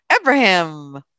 Abraham